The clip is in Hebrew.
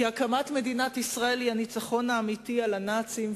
כי הקמת מדינת ישראל היא הניצחון האמיתי על הנאצים,